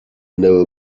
know